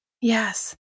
Yes